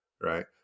right